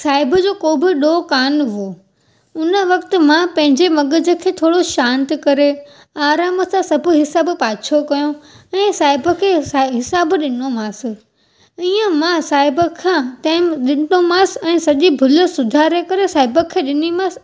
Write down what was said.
साहिब जो को बि ॾोह कान हुओ हुन वक़्ति मां पंहिंजे मग़ज़ु खे थोरो शांत करे आराम सां सभ हिसाब पाछो कयो ऐं साहिब खे हिसा हिसाब ॾाढो ॾिनोमांस ईंअ मां साहिब खां तंहिं ॾिनोमांस ऐं सॼी भुल सुधारे करे साहिब खे ॾिनीमांस